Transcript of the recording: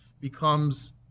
becomes